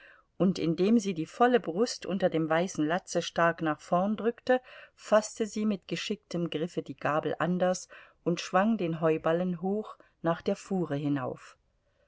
und indem sie die volle brust unter dem weißen latze stark nach vorn drückte faßte sie mit geschicktem griffe die gabel anders und schwang den heuballen hoch nach der fuhre hinauf